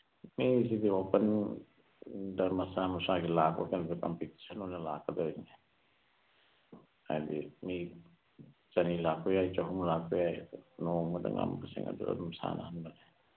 ꯃꯤꯁꯤꯗꯤ ꯑꯣꯄꯟꯗ ꯃꯁꯥ ꯃꯁꯥꯒꯤ ꯂꯥꯛꯄ ꯀꯥꯟꯗ ꯀꯝꯄꯤꯇꯤꯁꯟ ꯑꯣꯏꯅ ꯂꯥꯛꯀꯗꯣꯏꯅꯤ ꯍꯥꯏꯕꯗꯤ ꯃꯤ ꯆꯅꯤ ꯂꯥꯛꯄ ꯌꯥꯏ ꯆꯍꯨꯝ ꯂꯥꯛꯄ ꯌꯥꯏ ꯅꯣꯡꯃꯗ ꯉꯝꯕꯁꯤꯡ ꯑꯗꯨꯝ ꯁꯥꯟꯅꯍꯟꯕꯅꯤ